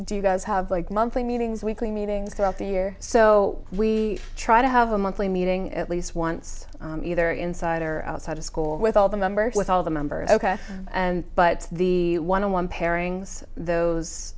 do you guys have like monthly meetings weekly meetings throughout the year so we try to have a monthly meeting at least once either inside or outside of school with all the members with all the members ok and but the one on one pairings those